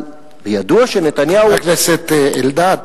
אבל בידוע שנתניהו, חבר הכנסת אלדד,